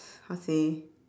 how to say